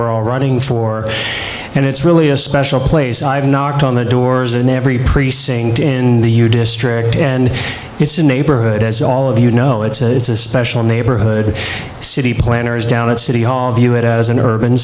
we're all running for and it's really a special place i've knocked on the doors in every precinct in the your district and it's a neighborhood as all of you know it's a special neighborhood city planners down at city hall view it as an urban